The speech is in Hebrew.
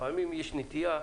יש נטייה,